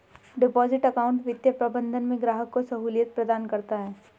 deposit account वित्तीय प्रबंधन में ग्राहक को सहूलियत प्रदान करता है